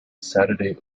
saturday